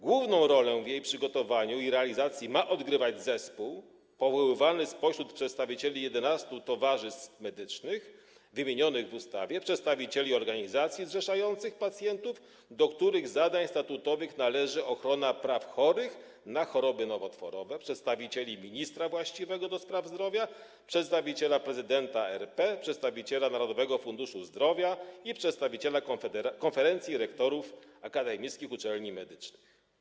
Główną rolę w jej przygotowaniu i realizacji ma odgrywać zespół powoływany spośród przedstawicieli 11 towarzystw medycznych wymienionych w ustawie, przedstawicieli organizacji zrzeszających pacjentów, do których zadań statutowych należy ochrona praw chorych na choroby nowotworowe, przedstawicieli ministra właściwego do spraw zdrowia, przedstawiciela prezydenta RP, przedstawiciela Narodowego Funduszu Zdrowia i przedstawiciela konferencji rektorów akademickich uczelni medycznych.